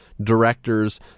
Directors